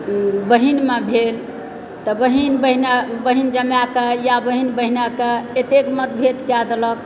बहिनमे भेल तऽ बहिन बहिन जमाएके या बहिन बहनोईके एतेक मतभेद कए देलक